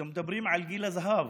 כשמדברים על גיל הזהב,